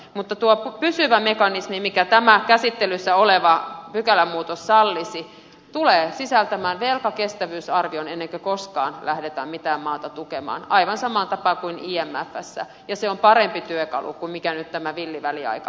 mutta tuo pysyvä mekanismi minkä tämä käsittelyssä oleva pykälämuutos sallisi tulee sisältämään velkakestävyysarvion ennen kuin koskaan lähdetään mitään maata tukemaan aivan samaan tapaan kuin imfssä ja se on parempi työkalu kuin nyt tämä villi väliaikainen on ollut